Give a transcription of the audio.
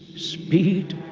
speed,